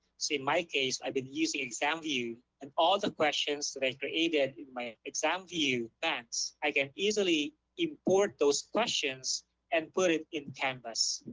my case, i've been using exam view and all the questions that i've created in my exam view banks, i can easily import those questions and put it in canvas.